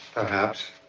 perhaps.